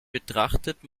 betrachtet